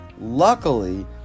Luckily